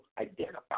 identify